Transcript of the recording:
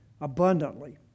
abundantly